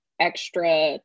extra